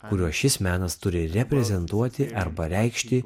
kuriuos šis menas turi reprezentuoti arba reikšti